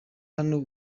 hano